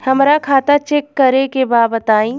हमरा खाता चेक करे के बा बताई?